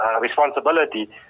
responsibility